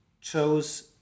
chose